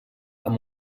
amb